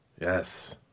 Yes